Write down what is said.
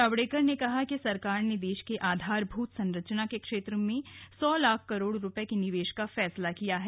जावडेकर ने कहा कि सरकार ने देश के आधारभूत संरचना के क्षेत्र में सौ लाख करोड़ रूपये के निवेश का फैसला किया है